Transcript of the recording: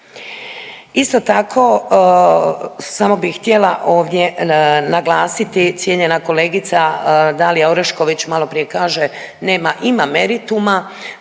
Isto tako, samo bih htjela ovdje naglasiti, cijenjena kolegica Dalija Oreković maloprije kaže, nema, ima merituma,